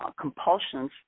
compulsions